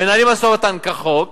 מנהלים משא-ומתן כחוק,